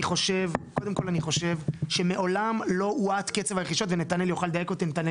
אני חושב שמעולם לא הואט קצב הרכישות ונתנאל יוכל לדייק אותי -נתנאל